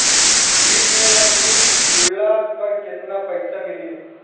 बीच मे एफ.डी तुड़ला पर केतना पईसा मिली?